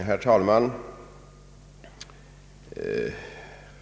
Herr talman!